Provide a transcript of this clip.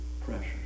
pressure